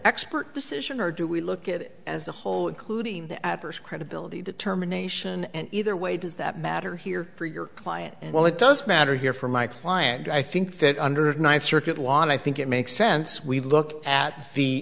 expert decision or do we look at it as a whole including the adverse credibility determination and either way does that matter here for your client and well it does matter here for my client i think that under of ninth circuit law and i think it makes sense we look at the